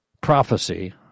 prophecy